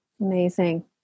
Amazing